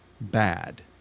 bad